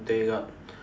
they got